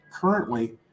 currently